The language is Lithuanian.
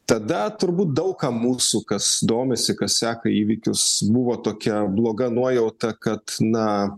tada turbūt daug ką mūsų kas domisi kas seka įvykius buvo tokia bloga nuojauta kad na